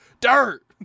dirt